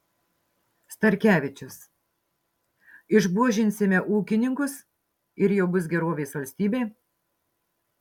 starkevičius išbuožinsime ūkininkus ir jau bus gerovės valstybė